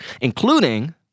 including